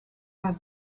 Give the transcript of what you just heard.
are